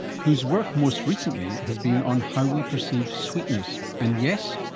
whose work most recently has been on how we perceive sweetness, and yes,